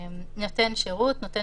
אני ממשיכה בקריאה: "נותן שירות" נותן